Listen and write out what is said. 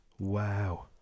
Wow